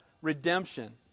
redemption